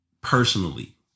personally